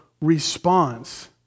response